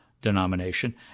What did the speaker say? denomination